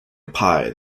pie